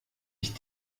ich